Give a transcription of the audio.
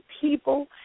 people